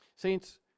Saints